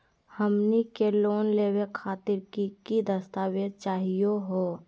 हमनी के लोन लेवे खातीर की की दस्तावेज चाहीयो हो?